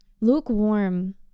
lukewarm